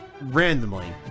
randomly